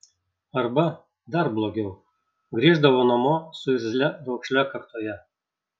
arba dar blogiau grįždavo namo su irzlia raukšle kaktoje